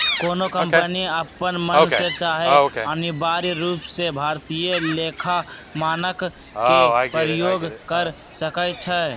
कोनो कंपनी अप्पन मन से चाहे अनिवार्य रूप से भारतीय लेखा मानक के प्रयोग कर सकइ छै